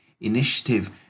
initiative